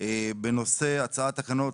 ישיבה בנושא הצעת תקנות,